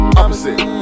opposite